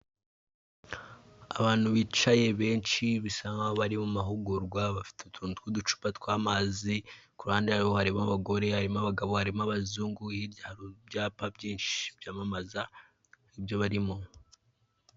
Abantu bicaye benshi bisa nk'aho bari mu mahugurwa, bafite utuntu tw'uducupa tw'amazi ku ruhande yaho harimo abagore, harimo abagabo, harimo abazungu; hirya hari ibyapa byinshi byamamaza ibyo barimo.